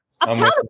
Accountable